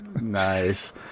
Nice